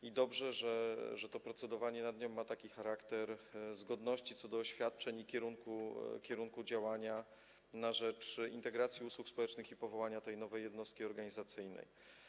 I dobrze, że to procedowanie nad nią ma taki charakter zgodności co do oświadczeń i kierunku działania na rzecz integracji usług społecznych i powołania tej nowej jednostki organizacyjnej.